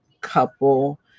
couple